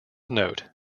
note